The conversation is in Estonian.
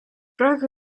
praegu